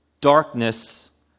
darkness